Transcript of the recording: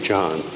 John